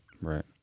Right